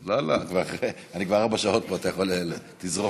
לא, לא, אני כבר ארבע שעות פה, אתה יכול, תזרום.